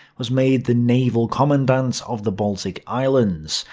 was made the naval commandant of the baltic islands.